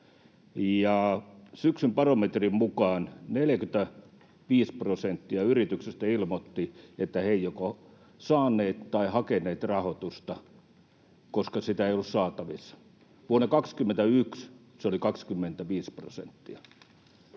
Syksyn barometrin mukaan 45 prosenttia yrityksistä ilmoitti, että he eivät joko saaneet tai hakeneet rahoitusta, koska sitä ei ollut saatavissa. Vuonna 21 se oli 25 prosenttia.